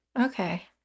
Okay